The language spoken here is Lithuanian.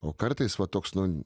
o kartais va toks nu